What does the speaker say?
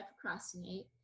procrastinate